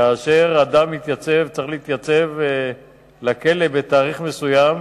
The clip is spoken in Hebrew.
כאשר אדם צריך להתייצב לכלא בתאריך מסוים